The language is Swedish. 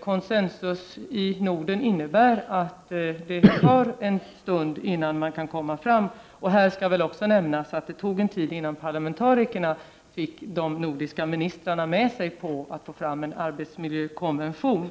Konsensus i Norden innebär att det tar en stund innan man kan komma fram. I detta sammanhang skall väl också nämnas att det tog sin tid innan parlamentarikerna fick de nordiska ministrarna med sig för att få fram en arbetsmiljökonvention.